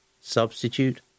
substitute